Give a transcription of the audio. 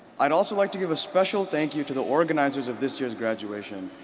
i'd also like to give a special thank you to the organizers of this year's graduation,